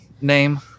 name